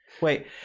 Wait